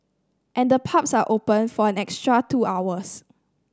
and the pubs are open for an extra two hours